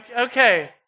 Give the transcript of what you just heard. Okay